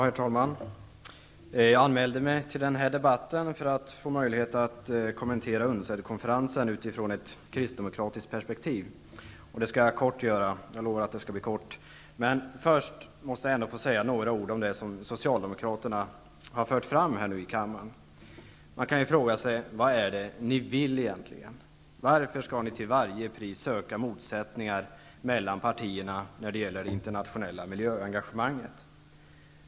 Herr talman! Jag anmälde mig till den här debatten för att få möjlighet att kommentera UNCED konferensen utifrån ett kristdemokratiskt perspektiv. Jag lovar att vara kortfattad. Jag skall emellertid först säga några ord om det som Socialdemokraterna har fört fram här i kammaren. Man kan fråga sig vad Socialdemokraterna egentligen vill. Varför skall ni till varje pris söka motsättningar mellan partierna när det gäller det internationella miljöengagemanget?